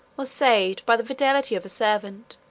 was saved by the fidelity of a servant,